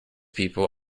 people